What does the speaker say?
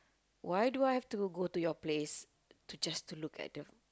why do I have to go to your place to just to look at the